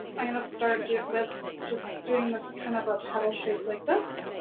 i'm gonna start it with just doing this kind of a petal shape like this.